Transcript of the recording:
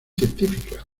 científica